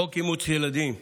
חוק אימוץ ילדים,